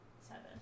Seven